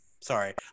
Sorry